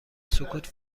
سکوت